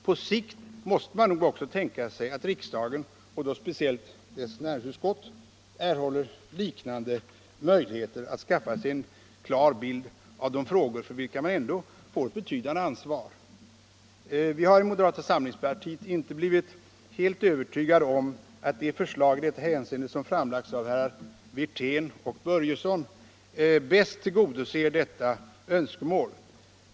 På sikt måste man nog också tänka sig att riksdagen, och då speciellt dess näringsutskott, erhåller liknande möjligheter att skaffa sig en klar bild av de frågor för vilka man ändå får ett betydande ansvar. Vi har i moderata samlingspartiet inte blivit helt övertygade om att de förslag i detta hänseende som framlagts av herrar Wirtén och Börjesson i Glömminge bäst tillgodoser detta önskemål.